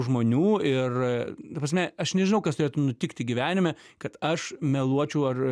žmonių ir ta prasme aš nežinau kas turėtų nutikti gyvenime kad aš meluočiau ar